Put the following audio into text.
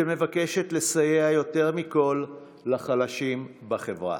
שמבקשת יותר מכול לסייע לחלשים בחברה.